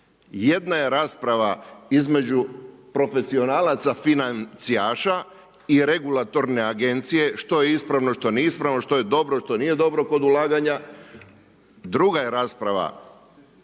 Jedna je rasprava između profesionalaca financijaša i regulatorne agencije što je ispravno, što nije ispravno što je dobro, što nije dobro kod ulaganja. Druga je rasprava